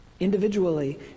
Individually